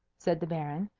said the baron.